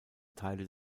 teile